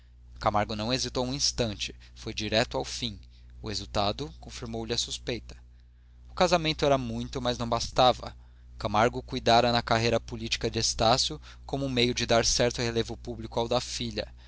camargo não hesitou um instante foi direito ao fim o resultado confirmou lhe a suspeita o casamento era muito mas não bastava camargo cuidara na carreira política de estácio como um meio de dar certo relevo público ao da filha